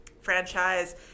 franchise